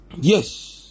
yes